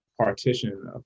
partition